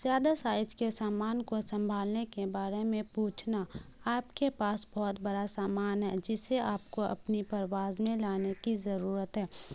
زیادہ سائز کے سامان کو سنبھالنے کے بارے میں پوچھنا آپ کے پاس بہت بڑا سامان ہیں جسے آپ کو اپنی پرواز میں لانے کی ضرورت ہے